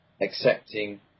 accepting